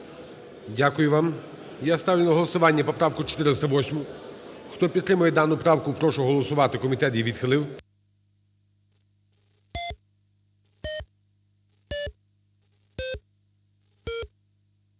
Дякую вам. Я ставлю на голосування поправку 408. Хто підтримує дану правку, прошу голосувати. Комітет її відхилив.